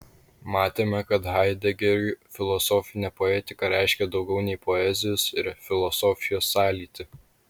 matėme kad haidegeriui filosofinė poetika reiškia daugiau nei poezijos ir filosofijos sąlytį